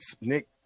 Nick